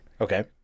Okay